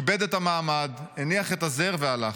כיבד את המעמד, הניח את הזר, והלך.